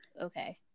okay